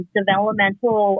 developmental